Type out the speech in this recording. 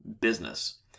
business